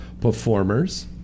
performers